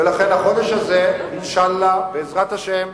ולכן החודש הזה, אינשאללה, בעזרת השם,